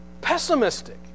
pessimistic